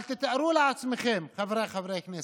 אבל תתארו לעצמכם, חבריי חברי הכנסת,